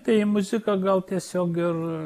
tai muzika gal tiesiog ir